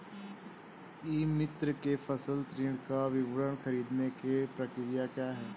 ई मित्र से फसल ऋण का विवरण ख़रीदने की प्रक्रिया क्या है?